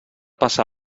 passà